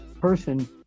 person